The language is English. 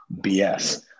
bs